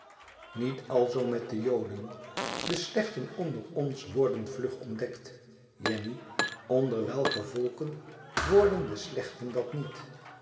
niet alzoo met de joden de slechten onder ons worden vlug ontdekt jenny onder welke volken worden de slechten dat niet